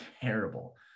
terrible